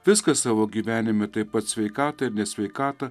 viską savo gyvenime taip pat sveikatą ir ne sveikatą